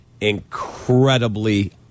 incredibly